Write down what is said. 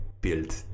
build